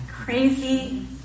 crazy